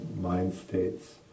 mind-states